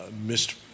missed